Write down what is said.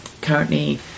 currently